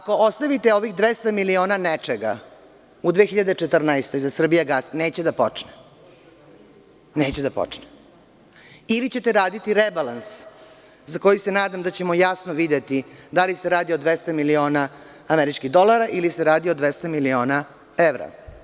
Ako ostavite ovih 200 miliona nečega u 2014. godini za „Srbijagas“, neće da počne, ili ćete raditi rebalans za koji se nadam da ćemo jasno videti da li se radi o 200 miliona američkih dolara ili se radi o 200 miliona evra.